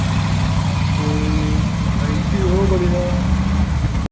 कोई फैंसी हो बढ़ियाँ